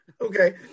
Okay